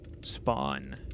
spawn